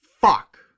Fuck